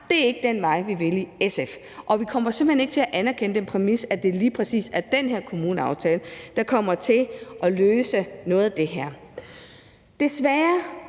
at det ikke er den vej, vi i SF vil gå, og at vi simpelt hen ikke kommer til at anerkende den præmis, at det lige præcis er den her kommuneaftale, der kommer til at løse noget af det her. Desværre